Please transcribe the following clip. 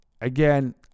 again